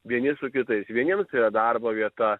vieni su kitais vieniems tai yra darbo vieta